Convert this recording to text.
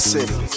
City